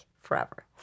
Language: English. forever